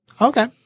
Okay